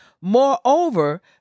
Moreover